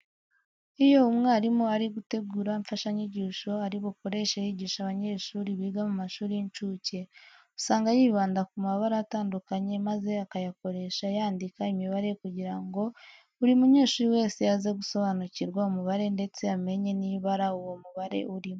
Iyo umwarimu ari gutegura imfashanyigisho ari bukoreshe yigisha abanyeshuri biga mu mashuri y'incuke usanga yibanda ku mabara atandukanye maze akayakoresha yandika imibare kugira ngo buri munyeshuri wese aze gusobanukirwa umubare ndetse amenye n'ibara uwo mubare urimo.